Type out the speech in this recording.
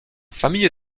famille